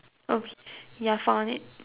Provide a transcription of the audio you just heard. okay ya found it